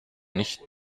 nicht